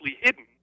hidden